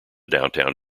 downtown